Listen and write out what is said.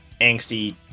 angsty